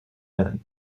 been